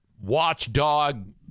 watchdog